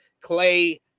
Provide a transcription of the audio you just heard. Clay